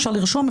אפשר לרשום,